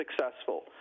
successful